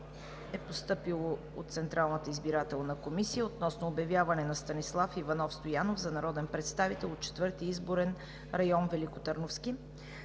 2019 г. от Централната избирателна комисия относно обявяване на Станислав Иванов Стоянов за народен представител от Четвърти изборен район – Великотърновски.